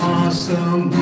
awesome